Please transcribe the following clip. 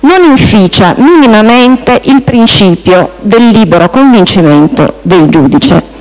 non inficia minimamente il principio del libero convincimento del giudice.